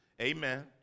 Amen